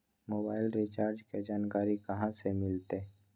Mobile recharge के जानकारी कहा से मिलतै?